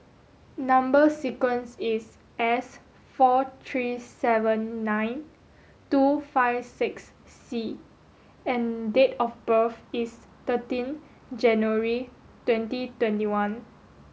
number sequence is S four three seven nine two five six C and date of birth is thirteen January twenty twenty one